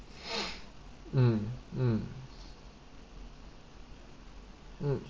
mm mm mm